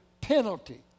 penalty